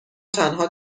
تنها